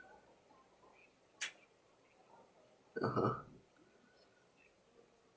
(uh huh)